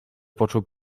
począł